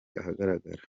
ahagaragara